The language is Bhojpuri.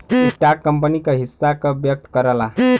स्टॉक कंपनी क हिस्सा का व्यक्त करला